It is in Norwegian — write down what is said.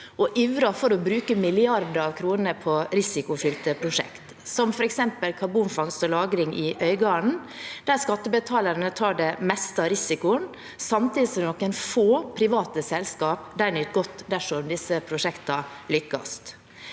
og ivrer for å bruke milliarder av kroner på risikofylte prosjekter, som f.eks. karbonfangst og -lagring i Øygarden, der skattebetalerne tar det meste av risikoen, samtidig som noen få private selskaper vil nyte godt dersom disse prosjektene lykkes.